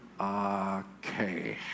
Okay